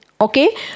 Okay